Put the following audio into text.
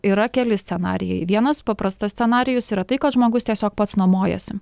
yra keli scenarijai vienas paprastas scenarijus yra tai kad žmogus tiesiog pats nuomojasi